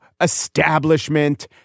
establishment